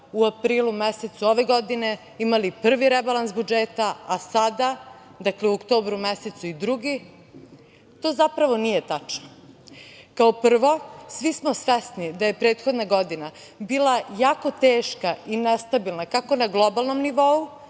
u aprilu mesecu ove godine imali prvi rebalans budžeta, a sada u oktobru mesecu i drugi. To zapravo nije tačno. Kao prvo, svi smo svesni da je prethodna godina bila jako teška i nestabilna, kako na globalnom nivou,